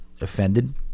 offended